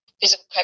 physical